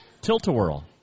Tilt-a-whirl